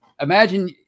imagine